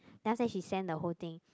then after that she send the whole thing